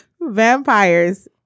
vampires